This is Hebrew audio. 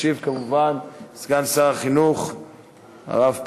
ישיב, כמובן, סגן שר החינוך הרב פרוש.